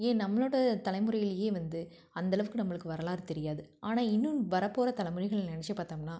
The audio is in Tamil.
ஏன் நம்மளோடய தலைமுறையிலேயே வந்து அந்தளவுக்கு நம்மளுக்கு வரலாறு தெரியாது ஆனால் இன்னும் வர போகிற தலைமுறைகளை நினைச்சுப் பார்த்தோம்னா